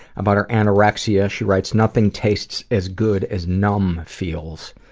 about her anorexia, she writes, nothing tastes as good as numb feels.